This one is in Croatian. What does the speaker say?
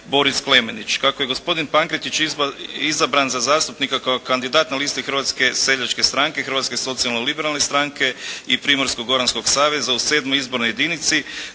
Boris Klemenić. Kako je gospodin Pankretić izabran za zastupnika kao kandidat na listi Hrvatske seljačke stranke, Hrvatske socijalno-liberalne stranke i Primorsko-goranskog saveza u VII. izbornoj jedinici